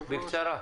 בקצרה.